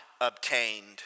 obtained